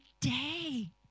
day